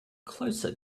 closer